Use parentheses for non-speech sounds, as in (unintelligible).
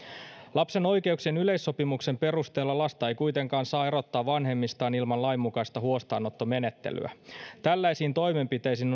lapsen oikeuksien yleissopimuksen perusteella lasta ei kuitenkaan saa erottaa vanhemmistaan ilman lainmukaista huostaanottomenettelyä tällaisiin toimenpiteisiin (unintelligible)